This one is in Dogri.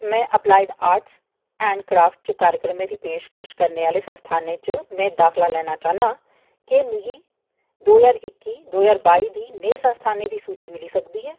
में अपलाइड आर्टस ऐंड क्राफ्ट च कार्यक्रमें दी पेशकश करने आह्ले संस्थानें च में दाखला लैना चाह्न्नां केह् मिगी दो ज्हार इक्की दो ज्हार बाई दी नेहे संस्थानें दी सूची मिली सकदी ऐ